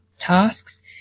tasks